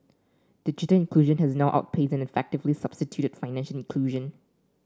digital inclusion has now outpaced and effectively substituted financial inclusion